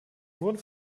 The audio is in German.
wurden